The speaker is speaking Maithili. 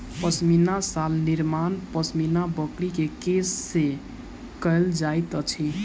पश्मीना शाल निर्माण पश्मीना बकरी के केश से कयल जाइत अछि